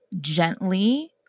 Gently